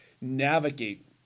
navigate